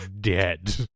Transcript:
dead